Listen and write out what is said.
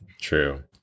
True